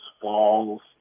falls